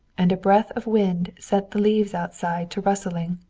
and a breath of wind set the leaves outside to rustling.